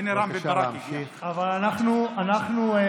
חבר הכנסת כץ, זה לא נכון.